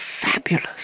fabulous